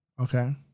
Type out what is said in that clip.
Okay